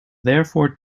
therefore